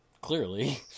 clearly